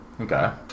Okay